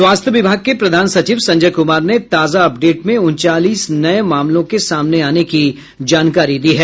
स्वास्थ्य विभाग के प्रधान सचिव संजय कुमार ने ताजा अपडेट में उनचालीस नये मामलों के सामने आने की जाकारी दी है